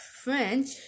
French